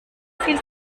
viel